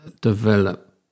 develop